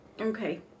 Okay